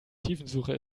tiefensuche